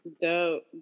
dope